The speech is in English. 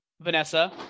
Vanessa